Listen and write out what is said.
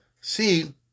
see